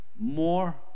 more